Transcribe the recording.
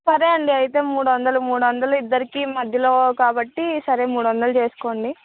సరే అండి అయితే మూడు వందలు మూడు వందలు ఇద్దరికీ మధ్యలో కాబట్టి సరే మూడు వందలు చేసుకోండి